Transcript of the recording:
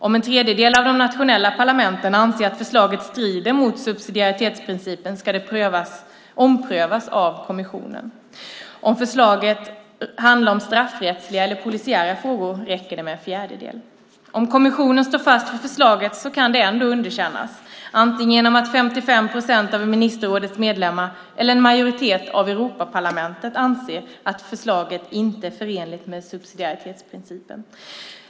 Om en tredjedel av de nationella parlamenten anser att förslaget strider mot subsidiaritetsprincipen ska det omprövas av kommissionen. Om förslaget handlar om straffrättsliga eller polisiära frågor räcker det med en fjärdedel. Om kommissionen står fast vid förslaget kan det ändå underkännas genom att antingen 55 procent av ministerrådets medlemmar eller en majoritet i Europaparlamentet anser att förslaget inte är förenligt med subsidiaritetsprincipen.